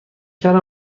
کردم